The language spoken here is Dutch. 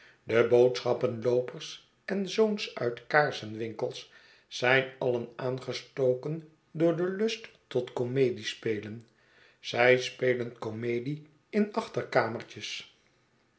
de boodschappenloopers en zoons uit kaarsenwink els zijn alien aangestoken door den lust tot comediespelen zij spelen comedie in achterkamertjes